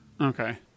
Okay